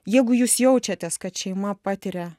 jeigu jūs jaučiatės kad šeima patiria